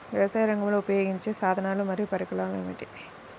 వ్యవసాయరంగంలో ఉపయోగించే సాధనాలు మరియు పరికరాలు ఏమిటీ?